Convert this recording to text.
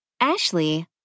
Ashley